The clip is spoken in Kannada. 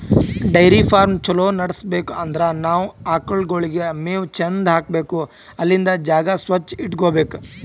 ಡೈರಿ ಫಾರ್ಮ್ ಛಲೋ ನಡ್ಸ್ಬೇಕ್ ಅಂದ್ರ ನಾವ್ ಆಕಳ್ಗೋಳಿಗ್ ಮೇವ್ ಚಂದ್ ಹಾಕ್ಬೇಕ್ ಅಲ್ಲಿಂದ್ ಜಾಗ ಸ್ವಚ್ಚ್ ಇಟಗೋಬೇಕ್